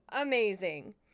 Amazing